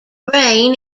brain